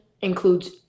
includes